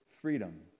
freedom